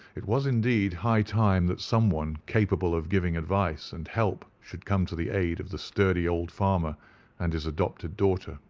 it was, indeed, high time that someone capable of giving advice and help should come to the aid of the sturdy old farmer and his adopted daughter.